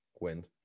Wind